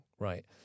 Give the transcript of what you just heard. Right